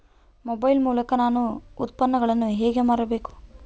Mobile ಮೂಲಕ ನಾನು ಉತ್ಪನ್ನಗಳನ್ನು ಹೇಗೆ ಮಾರಬೇಕು?